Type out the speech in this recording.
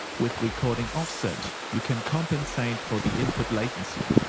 with, recording offset you can compensate for the input latency.